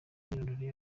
imyirondoro